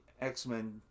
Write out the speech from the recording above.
X-Men